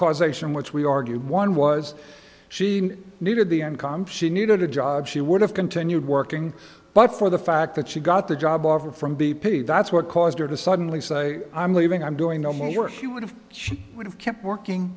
causation which we argued one was she needed the income she needed a job she would have continued working but for the fact that she got the job offer from b p that's what caused her to suddenly say i'm leaving i'm doing no money or he would have she would have kept working